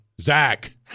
Zach